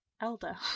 Elder